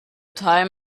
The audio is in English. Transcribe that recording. time